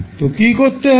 তবে কী করতে হবে